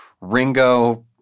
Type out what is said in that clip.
Ringo